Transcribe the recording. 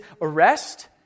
arrest